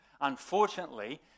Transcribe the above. Unfortunately